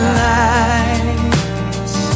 lights